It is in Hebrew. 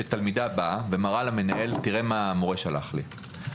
שהתלמידה באה ומראה למנהל: תראה מה המורה שלח לי,